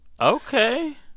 Okay